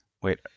Wait